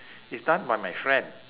is done by my friend